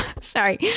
sorry